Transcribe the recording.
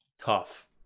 tough